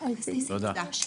אוקי, תודה.